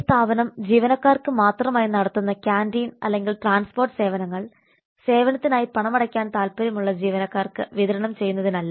ഒരു സ്ഥാപനം ജീവനക്കാർക്ക് മാത്രമായി നടത്തുന്ന കാന്റീൻ അല്ലെങ്കിൽ ട്രാൻസ്പോർട്ട് സേവനങ്ങൾ സേവനത്തിനായി പണമടയ്ക്കാൻ താൽപ്പര്യമുള്ള ജീവനക്കാർക്ക് വിതരണം ചെയ്യുന്നതിനല്ല